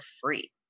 free